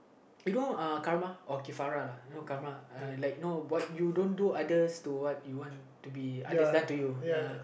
you know uh karma or kifara you know karma uh like you know what you don't do other to what you want to be others done to you ya